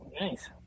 Nice